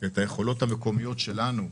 את היכולות המקומיות שלנו,